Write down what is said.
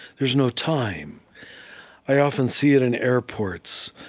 there's no time i often see it in airports.